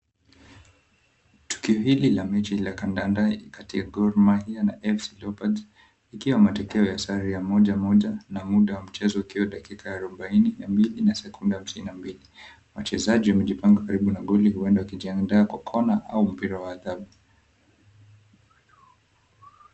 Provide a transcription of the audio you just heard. Tukio hili la mechi la kandanda kati ya Gor Mahia na AFC Leopards, ikiwa matokeo ya sare ya moja, moja, na muda mchezo ukiwa dakika arobaini na mbili na sekunde hamsini na mbili. Wachezaji wamejipanga karibu na goli, huenda wakijiandaa kwa kona au mpira wa adhabu.